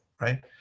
right